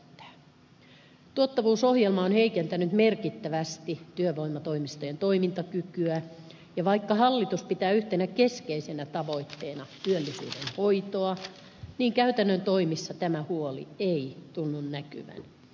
tuottavuusohjelma on heikentänyt merkittävästi työvoimatoimistojen toimintakykyä ja vaikka hallitus pitää yhtenä keskeisenä tavoitteena työllisyyden hoitoa niin käytännön toimissa tämä huoli ei tunnu näkyvän